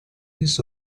his